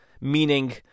meaning